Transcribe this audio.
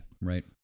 right